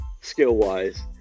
skill-wise